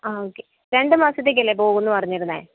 ആ ഓക്കെ രണ്ട് മാസത്തേക്കല്ലേ പോവും എന്ന് പറഞ്ഞിരുന്നത്